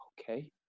okay